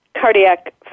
cardiac